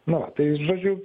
na tai žodžiu